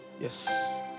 Yes